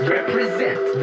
Represent